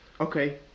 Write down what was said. Okay